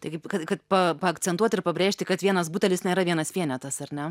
taigi kad kad pa paakcentuot ir pabrėžti kad vienas butelis nėra vienas vienetas ar ne